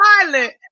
silent